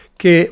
che